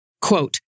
Quote